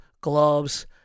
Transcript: gloves